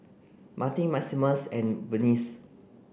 Martin Maximus and Vernie